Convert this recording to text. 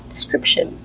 Description